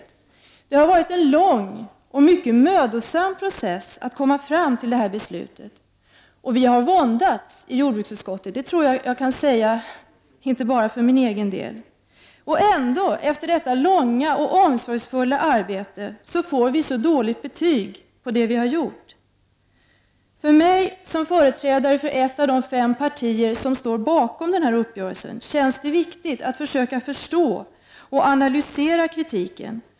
Att komma fram till detta beslut har nämligen inneburit en lång och mycket mödosam process, och vi i jordbruksutskottet har våndats — det är nog något som jag kan säga gäller inte bara för mig själv. Ändå får vi dåligt betyg efter ett så långt och omsorgsfullt arbete. För mig som är företrädare för ett av de fem partier som står bakom denna uppgörelse känns det viktigt att försöka förstå och analysera kritiken.